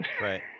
Right